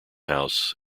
house